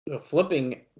flipping